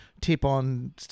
tip-on